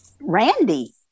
Randy